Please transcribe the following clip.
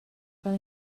fel